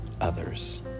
others